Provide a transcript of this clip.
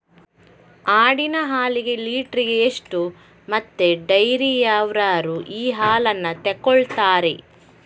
ಆಡಿನ ಹಾಲಿಗೆ ಲೀಟ್ರಿಗೆ ಎಷ್ಟು ಮತ್ತೆ ಡೈರಿಯವ್ರರು ಈ ಹಾಲನ್ನ ತೆಕೊಳ್ತಾರೆ?